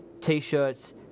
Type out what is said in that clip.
T-shirts